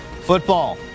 Football